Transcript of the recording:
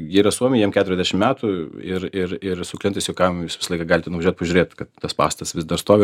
jie yra suomiai jiem keturiasdešim metų ir ir ir su klientais juokaujam jūs visą laiką galite pažiūrėt kad tas pastatas vis dar stovi